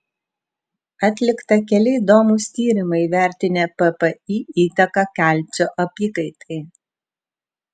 atlikta keli įdomūs tyrimai vertinę ppi įtaką kalcio apykaitai